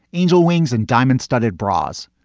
angel wings and diamond studded bras.